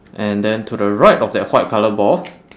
and then to the right of that white colour ball